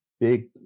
big